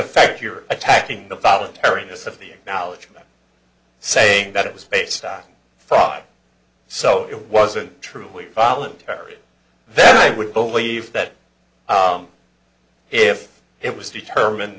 effect you're attacking the voluntariness of the acknowledgment saying that it was based on five so it wasn't truly voluntary then i would believe that if it was determined